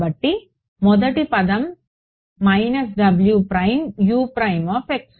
కాబట్టి మొదటి పదం మైనస్